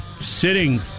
sitting